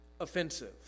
offensive